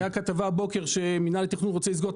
הייתה כתבה הבוקר שמנהל התכנון רוצה לסגור את